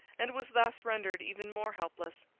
and was thus rendered even more helpless.